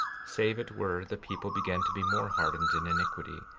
save it were the people began to be more hardened in iniquity,